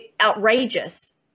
outrageous